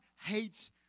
hates